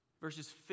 verses